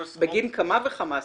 וזאת בגין כמה וכמה סעיפים.